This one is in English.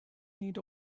need